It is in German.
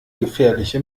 gefährliche